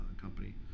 company